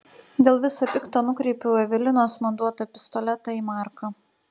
dėl visa pikta nukreipiu evelinos man duotą pistoletą į marką